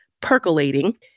percolating